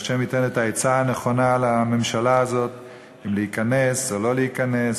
וה' ייתן את העצה הנכונה לממשלה הזאת אם להיכנס או לא להיכנס.